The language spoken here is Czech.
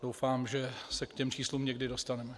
Doufám, že se k těm číslům někdy dostaneme.